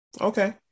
Okay